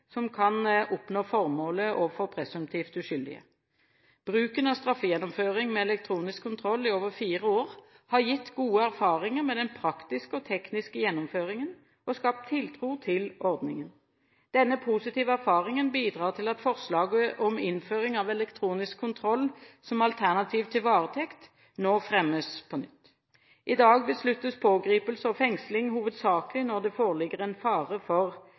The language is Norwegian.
som kan oppnå formålet overfor presumptivt uskyldige. Bruken av straffegjennomføring med elektronisk kontroll i over fire år har gitt gode erfaringer med den praktiske og tekniske gjennomføringen, og skapt tiltro til ordningen. Denne positive erfaringen bidrar til at forslaget om innføring av elektronisk kontroll som alternativ til varetekt nå fremmes på nytt. I dag besluttes pågripelse og fengsling hovedsakelig når det foreligger en fare for